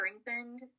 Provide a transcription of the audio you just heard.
strengthened